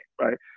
right